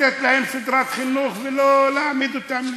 לתת להם סדרת חינוך ולא להעמיד אותם לדין.